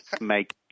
make